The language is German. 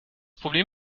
problem